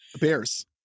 Bears